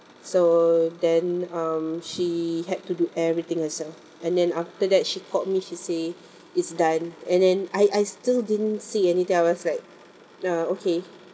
so then um she had to do everything herself and then after that she called me she say it's done and then I I still didn't say anything I was like uh okay